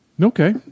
Okay